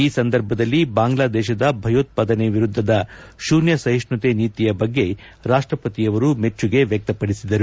ಈ ಸಂದರ್ಭದಲ್ಲಿ ಬಾಂಗ್ಲಾದೇಶದ ಭಯೋತ್ವಾದನೆ ವಿರುದ್ದದ ಶೂನ್ತ ಸಹಿಷ್ಣುತೆ ನೀತಿಯ ಬಗ್ಗೆ ರಾಷ್ಟಪತಿಯವರು ಮೆಚ್ಚುಗೆ ವ್ಯಕ್ತಪಡಿಸಿದರು